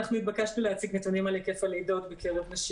אנחנו נתבקשנו להציג נתוני על היקף הלידות בקרב נשים